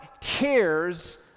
cares